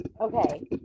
okay